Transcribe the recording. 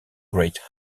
great